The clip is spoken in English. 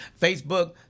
Facebook